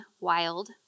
wild